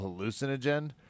hallucinogen